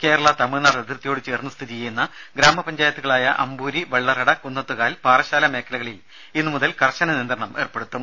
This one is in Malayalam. കേരള തമിഴ്നാട് അതിർത്തിയോട് ചേർന്ന് സ്ഥിതി ചെയ്യുന്ന ഗ്രാമപഞ്ചായത്തുകളായ അമ്പൂരി വെള്ളറട കുന്നത്തുകാൽ പാറശ്ശാല മേഖലകളിൽ ഇന്നു മുതൽ കർശന നിയന്ത്രണം ഏർപ്പെടുത്തും